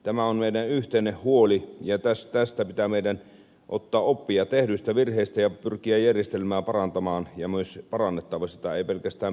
tämä on meidän yhteinen huolemme ja meidän pitää ottaa oppia tehdyistä virheistä ja pyrkiä järjestelmää parantamaan ja myös on parannettava sitä ei pelkästään pyrittävä